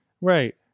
Right